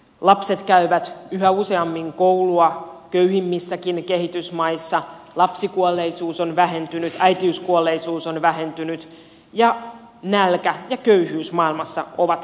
lapset käyvät yhä useammin koulua köyhimmissäkin kehitysmaissa lapsikuolleisuus on vähentynyt äitiyskuolleisuus on vähentynyt ja nälkä ja köyhyys maailmassa ovat vähentyneet